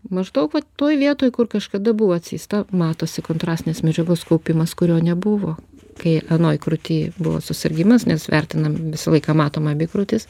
maždaug vat toj vietoj kur kažkada buvo cista matosi kontrastinės medžiagos kaupimas kurio nebuvo kai anoj krūty buvo susirgimas nes vertinam visą laiką matom abi krūtis